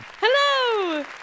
Hello